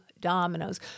Dominoes